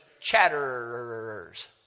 chatterers